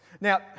Now